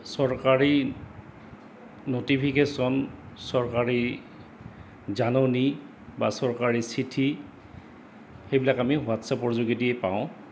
চৰকাৰী ন'টিফিকেশ্যন চৰকাৰী জাননী বা চৰকাৰী চিঠি সেইবিলাক আমি হোৱাটছএপৰ যোগেদিয়ে পাওঁ